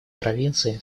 провинции